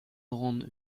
grande